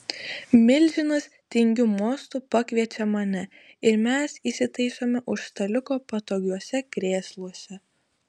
milžinas tingiu mostu pakviečia mane ir mes įsitaisome už staliuko patogiuose krėsluose